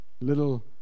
Little